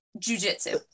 jujitsu